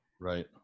Right